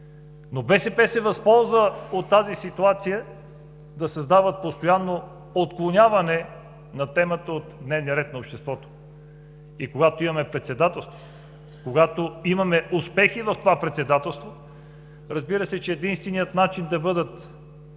Но БСП се възползва от тази ситуация – да провокира постоянно отклоняване от дневния ред на обществото. И когато имаме Председателство, когато имаме успехи в това председателство, разбира се, че единственият начин да бъдат